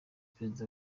perezida